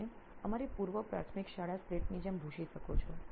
અને અમારી પૂર્વ પ્રાથમિક શાળા સ્લેટની જેમ ભૂસી શકો છો